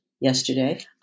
Yesterday